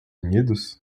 unidos